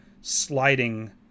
sliding